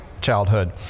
childhood